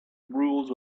rules